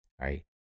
right